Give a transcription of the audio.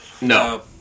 No